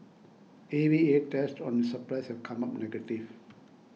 A V A tests on its supplies have come up negative